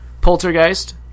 Poltergeist